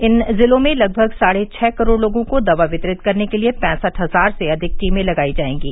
इन जिलों में लगभग साढ़े छः करोड़ लोगों को दवा वितरित करने के लिए पैंसठ हजार से अधिक टीमें लगाई जाएंगी